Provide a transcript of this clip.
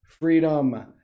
freedom